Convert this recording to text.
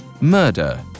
murder